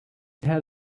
had